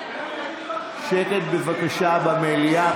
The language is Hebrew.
שקט, בבקשה, במליאה.